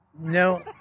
no